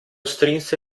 strinse